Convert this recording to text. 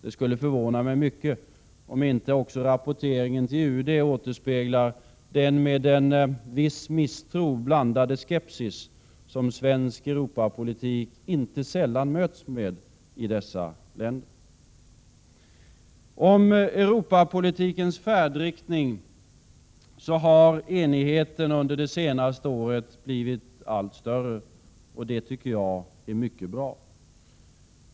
Det skulle förvåna mig mycket om inte också rapporteringen till UD återspeglade den med viss misstro blandade skepsis som svensk Europapolitik inte sällan möts med i dessa länder. Om Europapolitikens färdriktning har enigheten under det senaste året blivit allt större. Det tycker jag är mycket bra.